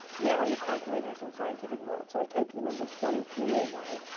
now your calculator's in scientific mode. so i typed the number twenty three in there,